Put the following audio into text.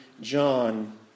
John